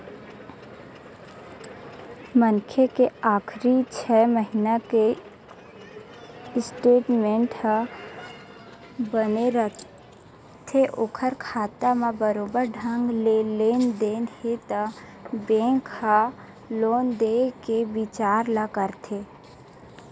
मनखे के आखरी छै महिना के स्टेटमेंट ह बने रथे ओखर खाता म बरोबर ढंग ले लेन देन हे त बेंक ह लोन देय के बिचार ल करथे